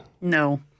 No